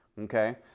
okay